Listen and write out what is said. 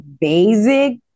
basic